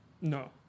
No